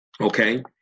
okay